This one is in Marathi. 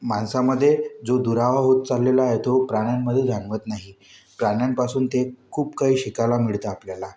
माणसामध्ये जो दुरावा होत चाललेला आहे तो प्राण्यांमध्ये जाणवत नाही प्राण्यांपासून ते खूप काही शिकायला मिळतं आपल्याला